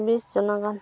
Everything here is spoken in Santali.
ᱵᱤᱥ ᱡᱚᱱᱟ ᱜᱟᱱ